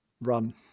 run